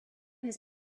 his